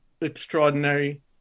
extraordinary